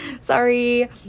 Sorry